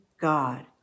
God